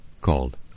called